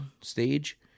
stage